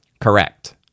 Correct